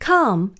Come